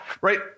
right